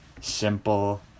simple